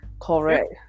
Correct